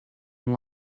and